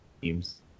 teams